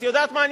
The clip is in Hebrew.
את יודעת מה?